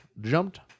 Jumped